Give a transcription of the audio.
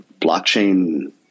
blockchain